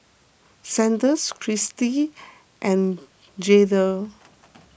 Sanders Chrissy and Jaleel